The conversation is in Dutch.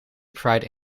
pride